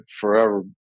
forever